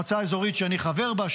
במועצה אזורית שאני חבר בה,